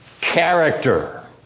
character